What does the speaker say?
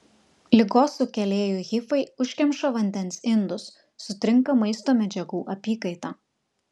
ligos sukėlėjų hifai užkemša vandens indus sutrinka maisto medžiagų apykaita